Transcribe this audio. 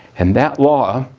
and that law,